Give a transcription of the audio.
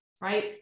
right